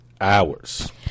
hours